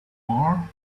war